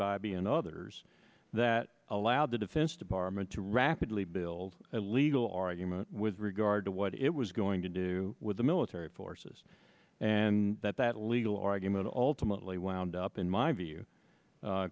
and others that allowed the defense department to rapidly build a legal argument with regard to what it was going to do with the military forces and that that legal argument ultimately wound up in my view